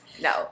No